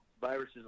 viruses